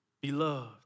beloved